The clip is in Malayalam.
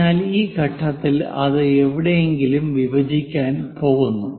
അതിനാൽ ഈ ഘട്ടത്തിൽ അത് എവിടെയെങ്കിലും വിഭജിക്കാൻ പോകുന്നു